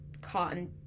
cotton